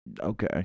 okay